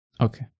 okay